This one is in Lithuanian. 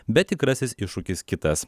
bet tikrasis iššūkis kitas